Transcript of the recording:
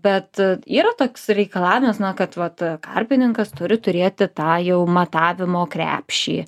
bet yra toks reikalavimas kad vat karpininkas turi turėti tą jau matavimo krepšį